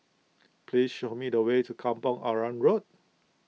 please show me the way to Kampong Arang Road